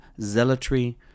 zealotry